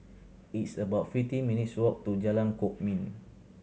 it's about fifty minutes' walk to Jalan Kwok Min